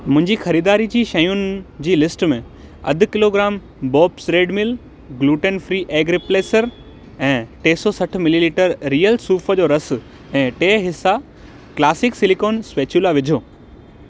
मुंहिंजी ख़रीदारी जी शयुनि जी लिस्ट में अधु kilogram Bob's red mill gluten free egg replacer ऐं टे सौ सठि मिलीलीटर रियल सूफ़ जो रस ऐं टे हिसा क्लासिक सिलिकॉन स्पैचुला विझो